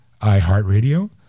iHeartRadio